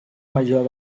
major